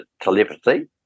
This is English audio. telepathy